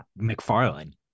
McFarlane